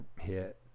hit